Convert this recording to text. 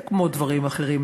כמו דברים אחרים